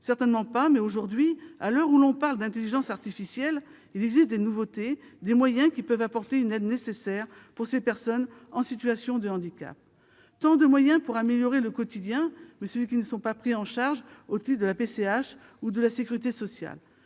Certainement pas, mais, aujourd'hui, à l'heure où l'on parle d'intelligence artificielle, il existe des nouveautés, des moyens qui peuvent apporter une aide nécessaire pour ces personnes en situation de handicap. Tant de moyens pour améliorer le quotidien, mais qui ne sont pas pris en charge au titre de la PCH ou de la sécurité sociale